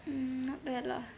mm not bad lah